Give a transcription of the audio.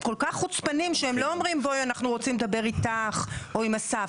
הם כל כך חוצפנים שהם לא אומרים בואי אנחנו רוצים לדבר איתך או עם אסף,